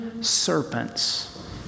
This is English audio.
serpents